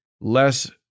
less